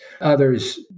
Others